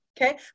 okay